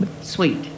Sweet